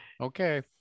okay